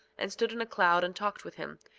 and stood in a cloud and talked with him.